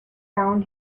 down